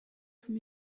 from